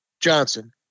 Johnson